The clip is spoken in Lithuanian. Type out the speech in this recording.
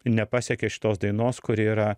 nepasiekė šitos dainos kuri yra